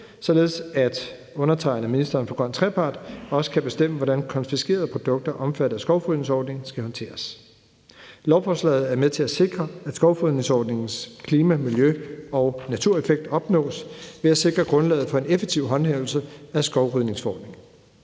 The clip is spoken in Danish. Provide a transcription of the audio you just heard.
således at undertegnede, ministeren for grøn trepart, også kan bestemme, hvordan konfiskerede produkter omfattet af skovrydningsforordningen skal håndteres. Kl. 20:10 Lovforslaget er med til at sikre, at skovrydningsforordningens klima-, miljø- og natureffekt opnås, ved at sikre grundlaget for en effektiv håndhævelse af skovrydningsforordningen.